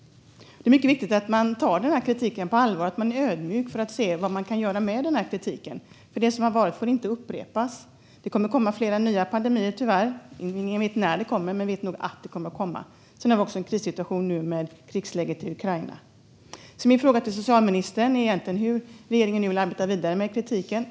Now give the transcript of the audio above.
Det är mycket viktigt att man tar den här kritiken på allvar och är ödmjuk för att se vad man kan göra med den, för det som har varit får inte upprepas. Det kommer tyvärr fler pandemier. Ingen vet när de kommer, men vi vet att de kommer. Nu har vi också en krissituation med krigsläget i Ukraina. Min fråga till socialministern är hur regeringen vill arbeta vidare med kritiken.